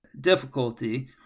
difficulty